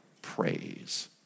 Praise